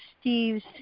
steve's